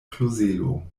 klozelo